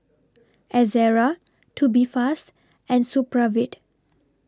Ezerra Tubifast and Supravit